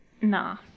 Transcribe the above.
Nah